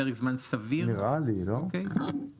ניקוז על